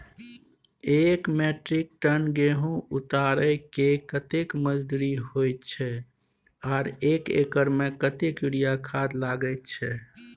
एक metric ton गेहूं उतारेके कतेक मजदूरी होय छै आर एक एकर में कतेक यूरिया खाद लागे छै?